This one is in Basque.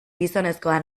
gizonezkoa